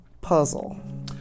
puzzle